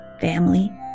family